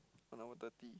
one hour thirty